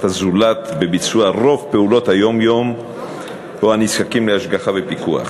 הזולת בביצוע רוב פעולות היום-יום או נזקקים להשגחה ופיקוח.